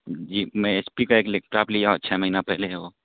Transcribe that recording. جی میں H P کا ایک لیپ ٹاپ لیا چھ مہینہ پہلے ہے وہ